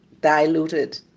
diluted